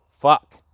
fuck